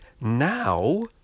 now